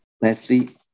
Leslie